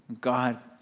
God